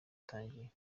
utangiye